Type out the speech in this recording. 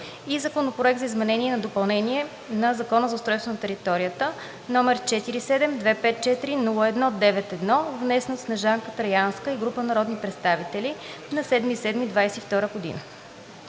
и Законопроект за изменение и допълнение на Закона за устройство на територията, № 47-254-01-91, внесен от Снежанка Траянска и група народни представители на 7